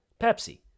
Pepsi